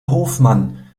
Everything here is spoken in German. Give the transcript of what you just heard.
hofmann